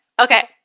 Okay